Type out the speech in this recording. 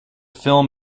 film